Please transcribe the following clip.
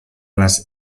les